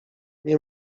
nie